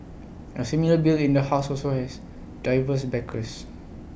A similar bill in the house also has diverse backers